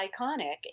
iconic